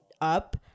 up